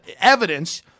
evidence